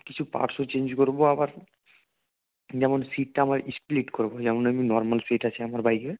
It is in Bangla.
কিছু পার্টসও চেঞ্জ করব আবার যেমন সিটটা আমার স্প্লিট করব যেমন আমি নর্মাল সিট আছে আমার বাইকে